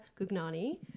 Gugnani